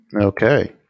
Okay